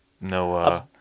no